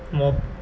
mo~